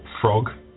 frog